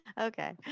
Okay